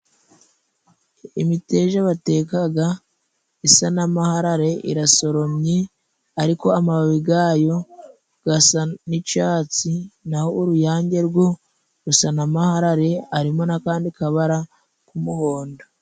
Imiteja batekaga isa n'amaharare, irasoromye ariko amababi gayo gasa n'icatsi, naho uruyange rwo rusa n'amaharare, harimo n'akandi kabara k'umuhodo.